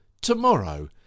tomorrow